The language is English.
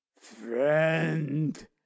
friend